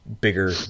bigger